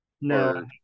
No